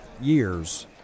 years